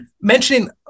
Mentioning